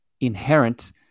inherent